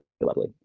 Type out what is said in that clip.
lovely